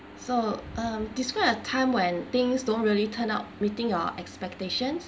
so um describe a time when things don't really turn out meeting your expectations